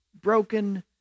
broken